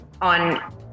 on